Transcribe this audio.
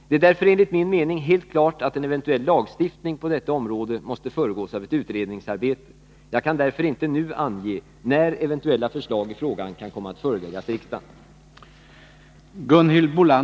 Det är därför enligt min mening helt klart att en eventuell lagstiftning på detta område måste föregås av ett utredningsarbete. Jag kan därför inte nu ange när eventuella förslag i frågan kan komma att föreläggas riksdagen.